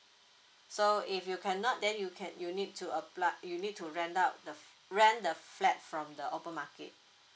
so if you cannot then you can you need to apply you need to rent out the rent the flat from the open market